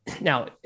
now